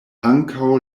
ankaŭ